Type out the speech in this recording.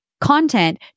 content